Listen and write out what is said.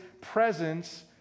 presence